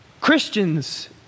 Christians